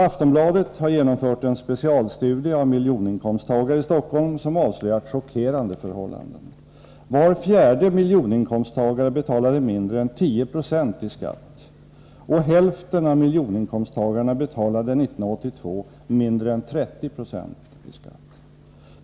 Aftonbladet har beträffande miljoninkomsttagare i Stockholm genomfört en specialstudie , som avslöjat chockerande förhållanden. Var fjärde miljoninkomsttagare betalade mindre än 10 96 i skatt. Och hälften av miljoninkomsttagarna betalade 1982 mindre än 30 Zo i skatt.